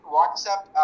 WhatsApp